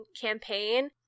campaign